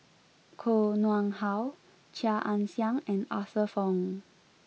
Koh Nguang How Chia Ann Siang and Arthur Fong